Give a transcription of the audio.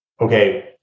okay